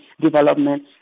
development